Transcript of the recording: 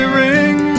ring